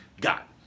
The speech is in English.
got